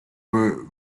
were